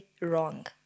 wrong